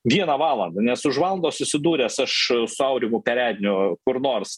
vieną valandą nes už valandos susidūręs aš su aurimu peredniu kur nors